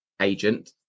agent